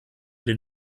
den